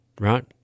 right